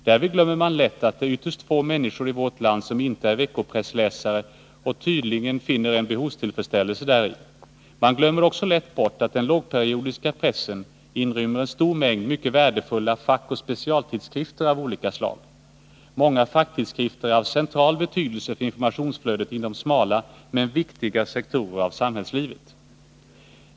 Därvid glömmer man lätt att det är ytterst få människor i vårt land som inte är veckopressläsare och tydligen finner en behovstillfredsställelse däri. Man glömmer också lätt bort att den lågperiodiska pressen inrymmer en stor mängd mycket värdefulla fackoch specialtidskrifter av olika slag. Många facktidskrifter är av central betydelse för informationsflödet inom smala, men viktiga sektorer av samhällslivet.